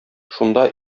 шунда